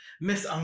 Miss